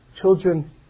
children